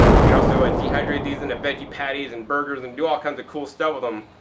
you could also ah dehydrate these into veggie patties and burgers and do all kinds of cool stuff with them.